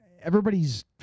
everybody's